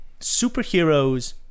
superheroes